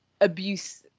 abuse